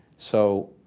so,